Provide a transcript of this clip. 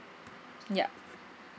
yup